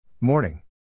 Morning